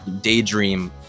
Daydream